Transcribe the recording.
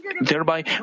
thereby